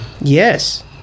Yes